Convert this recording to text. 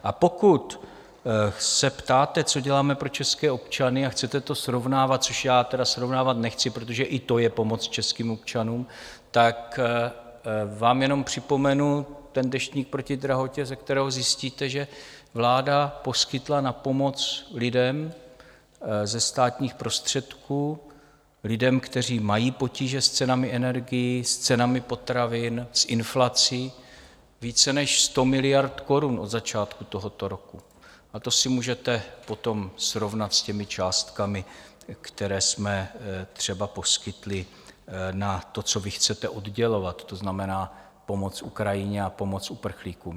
A pokud se ptáte, co děláme pro české občany, a chcete to srovnávat, což já tedy srovnávat nechci, protože i to je pomoc českým občanům, tak vám jenom připomenu ten Deštník proti drahotě, ze kterého zjistíte, že vláda poskytla na pomoc lidem ze státních prostředků, lidem, kteří mají potíže s cenami energií, s cenami potravin, s inflací více než 100 miliard korun od začátku tohoto roku, a to si můžete potom srovnat s těmi částkami, které jsme třeba poskytli na to, co vy chcete oddělovat, to znamená pomoc Ukrajině a pomoc uprchlíkům.